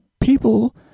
people